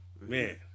Man